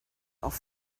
auf